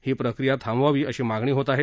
ही प्रक्रिया थांबवावी अशी मागणी होत आहे